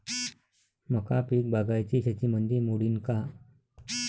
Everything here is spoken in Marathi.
मका पीक बागायती शेतीमंदी मोडीन का?